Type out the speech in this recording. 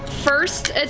first